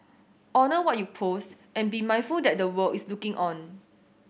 honour what you post and be mindful that the world is looking on